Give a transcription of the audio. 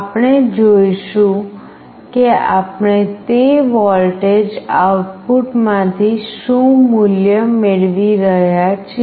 આપણે જોઈશું કે આપણે તે વોલ્ટેજ આઉટપુટમાંથી શું મૂલ્ય મેળવી રહ્યા છીએ